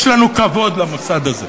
יש לנו כבוד למוסד הזה.